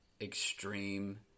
extreme